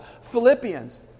Philippians